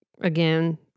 again